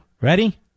Ready